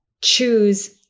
choose